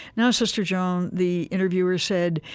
now, sister joan, the interviewer said,